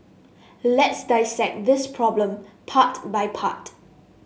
let's dissect this problem part by part